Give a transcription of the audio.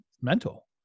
mental